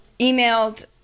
emailed